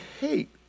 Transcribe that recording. hate